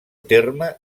terme